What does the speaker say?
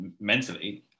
mentally